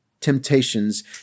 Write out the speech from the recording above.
temptations